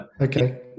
Okay